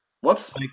Whoops